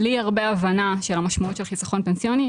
בלי הרבה הבנה של המשמעות של חיסכון פנסיוני,